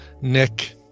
Nick